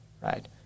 right